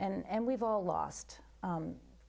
and we've all lost